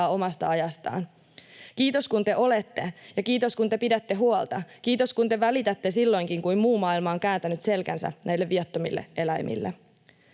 omasta ajastaan. Kiitos, kun te olette, ja kiitos, kun te pidätte huolta. Kiitos, kun te välitätte silloinkin, kun muu maailma on kääntänyt selkänsä näille viattomille eläimille.